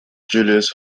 julius